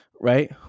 right